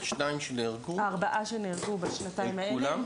הארבעה שנהרגו בשנתיים האלה,